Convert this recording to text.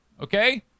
okay